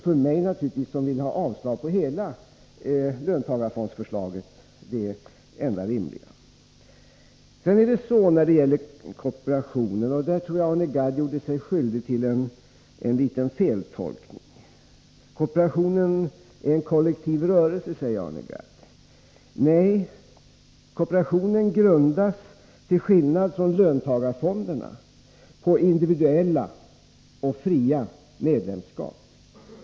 För mig, som vill ha avslag på hela löntagarfondsförslaget, hade det naturligtvis varit det enda rimliga. Beträffande kooperationer tror jag att Arne Gadd gjorde sig skyldig till en liten feltolkning. En kooperation är en kollektiv rörelse, sade Arne Gadd. Nej, en kooperation grundas till skillnad från löntagarfonder på individuella och fria medlemskap.